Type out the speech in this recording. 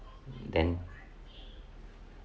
then